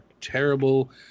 terrible